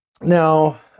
Now